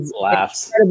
laughs